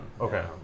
Okay